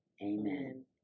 amen